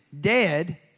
dead